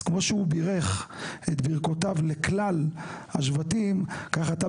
אז כמו שהוא בירך את ברכותיו לכלל השבטים כך אתה,